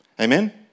Amen